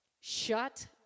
Shut